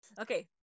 Okay